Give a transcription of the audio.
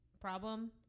problem